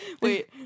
Wait